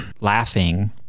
laughing